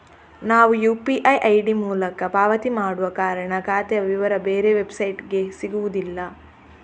ನಾವು UPI ID ಮೂಲಕ ಪಾವತಿ ಮಾಡುವ ಕಾರಣ ಖಾತೆಯ ವಿವರ ಬೇರೆ ವೆಬ್ಸೈಟಿಗೆ ಸಿಗುದಿಲ್ಲ